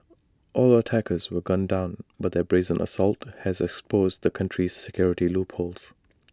all attackers were gunned down but their brazen assault has exposed the country's security loopholes